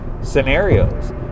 scenarios